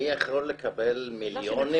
אני יכול לקבל מיליונים כמתנה?